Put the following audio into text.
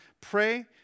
Pray